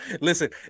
Listen